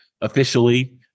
officially